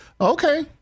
okay